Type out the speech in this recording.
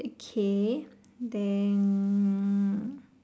okay then